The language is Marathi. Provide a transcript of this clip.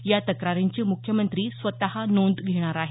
या तक्रारींची मुख्यमंत्री स्वत नोंद घेणार आहेत